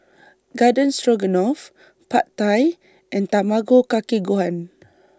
Garden Stroganoff Pad Thai and Tamago Kake Gohan